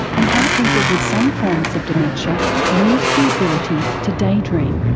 and how people with some forms of dementia lose the ability to daydream.